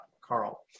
Carl